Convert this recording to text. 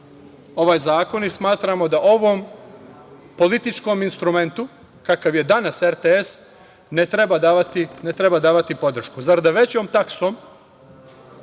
ovaj zakon i smatramo da ovom političkom instrumentu, kakav je danas RTS ne treba davati podršku. Zar da većom taksom